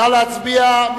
נא להצביע.